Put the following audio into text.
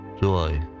joy